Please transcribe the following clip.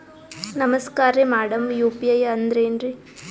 ನಮಸ್ಕಾರ್ರಿ madam UPI ಅಂದ್ರೆನ್ರಿ?